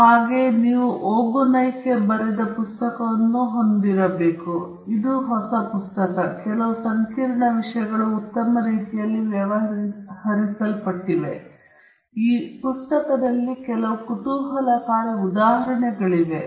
ನಂತರ ನೀವು ಓಗುನ್ನೈಕೆ ಬರೆದ ಪುಸ್ತಕವನ್ನೂ ಸಹ ಹೊಂದಿದ್ದೀರಿ ಇದು ಹೊಸ ಪುಸ್ತಕ ಮತ್ತು ಕೆಲವು ಸಂಕೀರ್ಣ ವಿಷಯಗಳು ಉತ್ತಮ ರೀತಿಯಲ್ಲಿ ವ್ಯವಹರಿಸಲ್ಪಟ್ಟಿವೆ ಈ ಪುಸ್ತಕದಲ್ಲಿ ಕೆಲವು ಕುತೂಹಲಕಾರಿ ಉದಾಹರಣೆಗಳಿವೆ